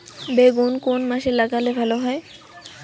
বেগুন কোন মাসে লাগালে ভালো হয়?